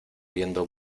viendo